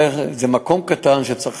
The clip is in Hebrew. זה מקום קטן, שצריך